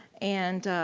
and